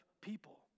people